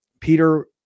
Peter